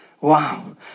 wow